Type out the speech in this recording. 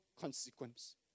consequence